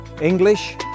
English